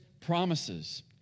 promises